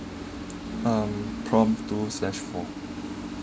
um prompt two slash four